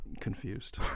confused